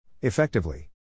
Effectively